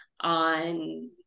on